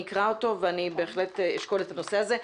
אני אקרא אותו ואני בהחלט אשקול את הנושא הזה.